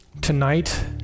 Tonight